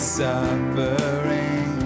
suffering